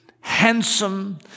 handsome